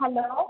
hello